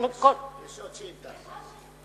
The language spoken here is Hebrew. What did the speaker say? יש עוד שאילתא.